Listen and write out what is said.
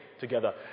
together